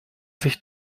sich